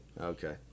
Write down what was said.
Okay